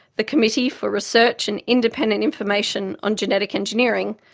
the committee for research and independent information on genetic engineering,